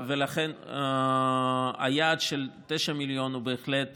ולכן היעד של 9 מיליון הוא בהחלט